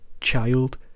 child